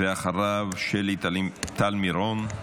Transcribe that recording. אחריו, שלי טל מירון.